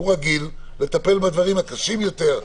הוא רגיל לטפל בדברים הקשים יותר,